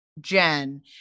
Jen